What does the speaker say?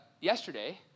yesterday